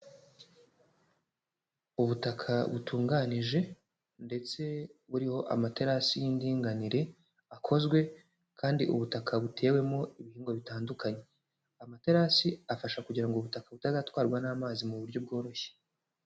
Ubutaka butunganije ndetse buriho amaterasi y'indinganire akozwe, kandi ubutaka butewemo ibihingwa bitandukanye, amaterasi afasha kugira ngo ubutaka butazatwarwa n'amazi mu buryo bworoshye.